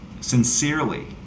sincerely